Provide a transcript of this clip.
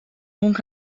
donc